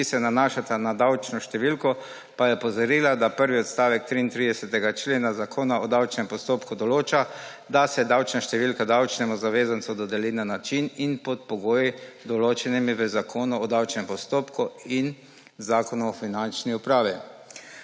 ki se nanašata na davčno številko, pa je opozorila, da prvi odstavek 33. člena Zakona o davčnem postopku določa, da se davčna številka davčnemu zavezancu dodeli na način in pod pogoji, določenimi v Zakonu o davčnem postopku in Zakonu o finančni upravi.